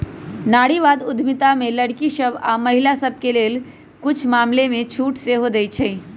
नारीवाद उद्यमिता में लइरकि सभ आऽ महिला सभके लेल कुछ मामलामें छूट सेहो देँइ छै